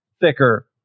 thicker